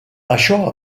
això